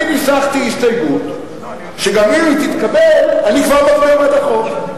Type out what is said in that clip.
אני ניסחתי הסתייגות שאם היא תתקבל אני כבר מצביע בעד החוק: